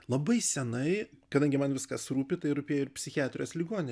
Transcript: labai senai kadangi man viskas rūpi tai rūpėjo ir psichiatrijos ligoninė